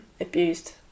abused